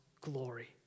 glory